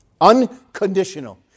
Unconditional